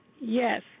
Yes